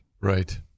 Right